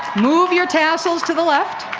move your tassels to the left.